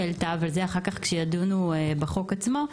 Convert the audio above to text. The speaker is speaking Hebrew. אבל נעשה זאת אחר כך כשידונו בחוק עצמו.